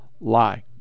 lie